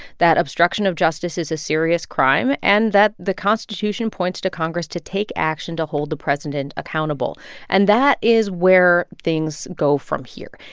that obstruction of justice is a serious crime and that the constitution points to congress to take action to hold the president accountable and that is where things go from here.